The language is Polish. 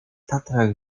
tatrach